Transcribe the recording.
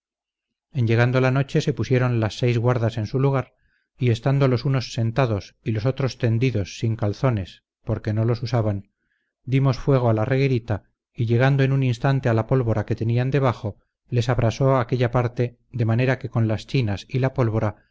en llegando la noche se pusieron las seis guardas en su lugar y estando los unos sentados y los otros tendidos sin calzones porque no los usaban dimos fuego a la reguerita y llegando en un instante a la pólvora que tenían debajo les abrasó aquella parte de manera que con las chinas y la pólvora